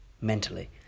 mentally